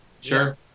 Sure